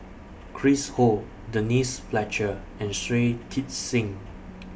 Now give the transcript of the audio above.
Chris Ho Denise Fletcher and Shui Tit Sing